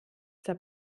zur